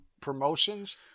promotions